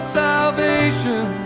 salvation